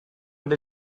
but